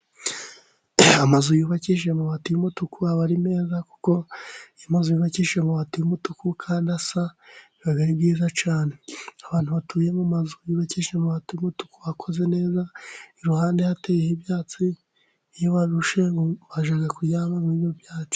Amazu yubakishije amabati y' umutuku aba ari meza, kuko iyo amazu yubakishije amabati y' umutuku kandi asa aba ari byiza cyane, abantu batuye mu mazu bubakishije amabati y' umutuku akoze neza iruhande hateye ibyatsi iyo barushe bajya kuryama muri ibyo byatsi.